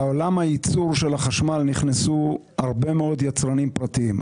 לעולם הייצור של החשמל נכנסו הרבה מאוד יצרנים פרטיים,